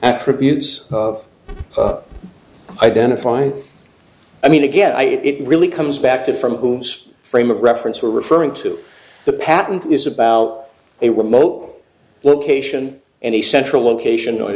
attributes of identifying i mean again i it really comes back to from whom spam frame of reference we're referring to the patent is about a remote location and a central location or